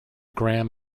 gram